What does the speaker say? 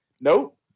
Nope